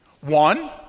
One